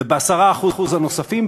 וב-10% הנוספים,